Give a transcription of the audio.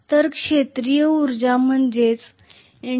तर क्षेत्रीय उर्जा म्हणजेच 01i